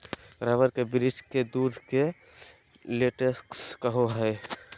rubber के वृक्ष के दूध के लेटेक्स कहो हइ